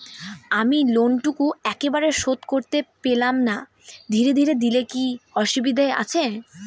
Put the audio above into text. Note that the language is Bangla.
আমি লোনটুকু একবারে শোধ করতে পেলাম না ধীরে ধীরে দিলে কি অসুবিধে আছে?